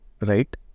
right